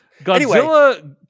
Godzilla